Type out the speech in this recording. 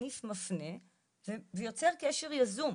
הסניף מפנה ויוצר קשר יזום.